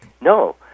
No